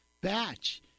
batch